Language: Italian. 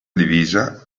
divisa